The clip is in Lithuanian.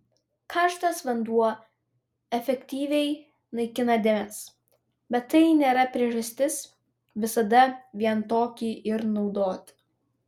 karštas vanduo efektyviai naikina dėmes bet tai nėra priežastis visada vien tokį ir naudoti